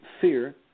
fear